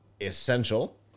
essential